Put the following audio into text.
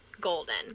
golden